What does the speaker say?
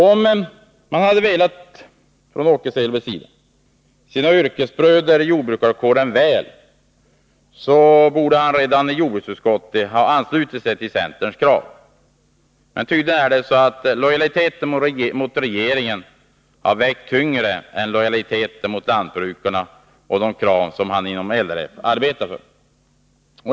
Om Åke Selberg velat sina yrkesbröder i jordbrukarkåren väl, borde han redan i jordbruksutskottet ha anslutit sig till centerns krav. Lojaliteten mot regeringen har tydligen vägt tyngre än lojaliteten mot lantbrukarna och de krav som han inom LRF arbetar för.